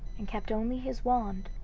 and kept only his wand,